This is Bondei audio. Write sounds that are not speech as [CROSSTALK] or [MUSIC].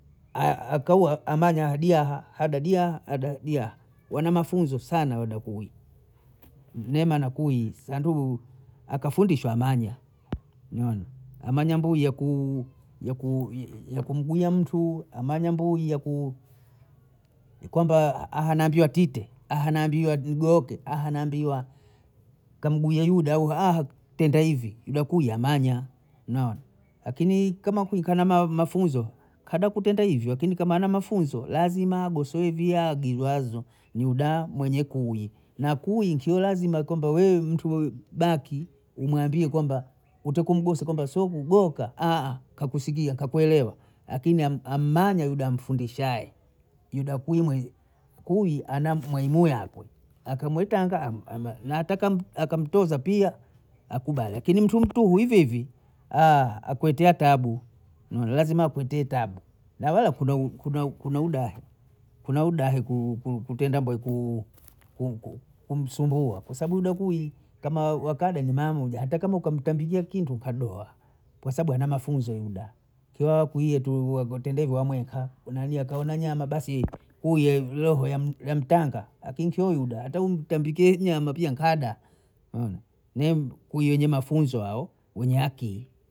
[HESITATION] akauya amanya adiaha, hadadiha hadadia wana mafunzo sana wamakui nemana kui sanduhu akafundishwa amanya umeona, amanya mbui yaku [HESITATION] yakumgulia mtu, amanya mbui yaku [HESITATION] kwamba haana mbia tite, haana mbia gugoke, haana mbia [HESITATION] kamgwie yuda au [HESITATION] twende hivi, yuda kuya amanya naona, akini kama kulika na mafunzo kaba kutende hivyo, akini kama hana mafunzo lazima agosovya agiwazo muda mwenye kuyi, na kuyi kio lazima kwamba wewe mtu baki umwambie kwamba utokumgose kwamba soku goka [HESITATION] kakusikia kakuelewa akini ammanya uda amfundishaye, yuda kumwi kuwi ana mwenywe yakwe akamwitanga [HESITATION] na hata kama akamtoza pia akubali lakini tu mtu hivihivi [HESITATION] akwetea tabu [HESITATION] lazima akwitee tabu na wala kuna [HESITATION] kuna udaha kuna udahi ku [HESITATION] kutenda mbei ku [HESITATION] kumsumbua kwa sabu udakui kama wakada ni maamoja hata kama ukamtambikia kintu kadoa kwa sabu ana mafunzo uda kea kwi yetuhu wago ntendea hivyo wamweka kuna ni kama hauna nyama basi kuye hivi roho yamtanga akincho yuba hata umtambikie nyama pia nkada naona ni ku wenye mafunzo hao wenye akiyi